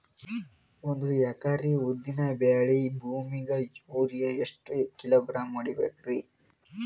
ಒಂದ್ ಎಕರಿ ಉದ್ದಿನ ಬೇಳಿ ಭೂಮಿಗ ಯೋರಿಯ ಎಷ್ಟ ಕಿಲೋಗ್ರಾಂ ಹೊಡೀಬೇಕ್ರಿ?